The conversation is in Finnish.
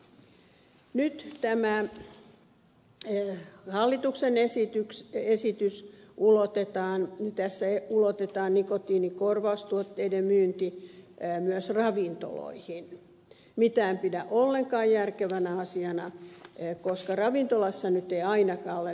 nyt tässä hallituksen esityksessä ulotetaan nikotiinikorvaustuotteiden myynti myös ravintoloihin mitä en pidä ollenkaan järkevänä asiana koska ravintolassa nyt ei ainakaan ole mitään neuvontaa